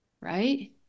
right